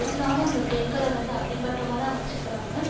இருந்தாலும் அந்த பெண்களை வந்து அடிமட்டமாக தான் வெச்சுக்கிறாங்க